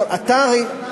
לא אני נכנסתי,